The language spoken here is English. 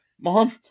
mom